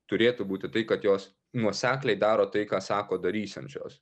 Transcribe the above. turėtų būti tai kad jos nuosekliai daro tai ką sako darysiančios